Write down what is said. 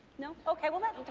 no. okay, we'll let,